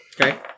Okay